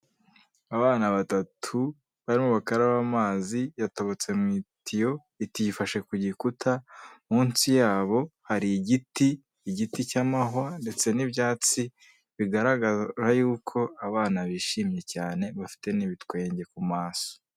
Abana batatu barimo bakaraba amazi yatobotse mu itiyo, itiyo ifashe ku gikuta munsi yabo hari igiti, igiti cy'amahwa ndetse n'ibyatsi bigaragara yuko abana bishimye cyane bafite n'ibitwenge ku maso.